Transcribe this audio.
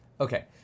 Okay